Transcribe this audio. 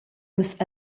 nus